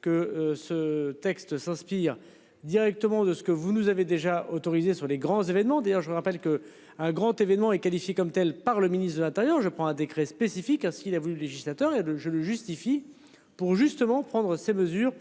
que ce texte s'inspire directement de ce que vous nous avez déjà autorisé sur les grands événements, d'ailleurs je vous rappelle que un grand événement et qualifiée comme telle par le ministre de l'Intérieur. Je prends un décret spécifique à ce qu'il a voulu le législateur et de je ne justifie pour justement prendre ces mesures.